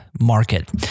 Market